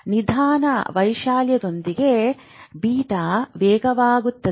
ನಿಧಾನ ವೈಶಾಲ್ಯದೊಂದಿಗೆ ಬೀಟಾ ವೇಗವಾಗಿರುತ್ತದೆ